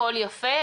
הכול יפה,